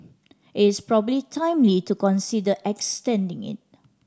it's probably timely to consider extending it